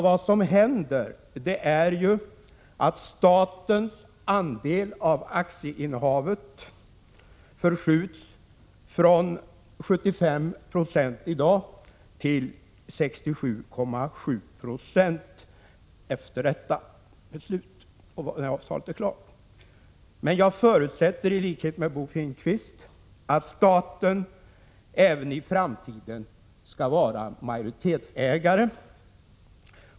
Vad som händer är ju att statens andel av aktieinnehavet minskas från 75 96 i dag till 67,7 Io efter dagens beslut. Men jag förutsätter i likhet med Bo Finnkvist att staten även i framtiden skall vara majoritetsägare.